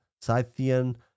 scythian